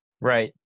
Right